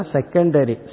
Secondary